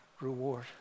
reward